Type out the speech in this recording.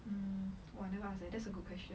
mm I never ask eh that's a good question